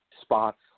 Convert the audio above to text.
spots